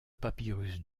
papyrus